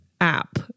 app